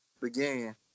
began